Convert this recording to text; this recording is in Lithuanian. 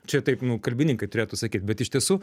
čia taip nu kalbininkai turėtų sakyt bet iš tiesų